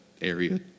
area